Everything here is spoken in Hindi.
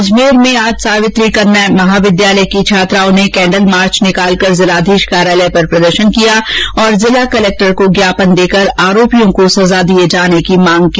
अजमेर में आज सावित्री कन्या महाविद्यालय की छात्राओं ने कैंडल मार्च निकालकर जिलाधीश कार्यालय पर प्रदर्शन किया तथा जिला कलेक्टर विश्व मोहन शर्मा को ज्ञापन देकर आरोपियों को सजा दिए जाने की मांग की